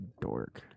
dork